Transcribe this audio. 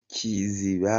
kiziba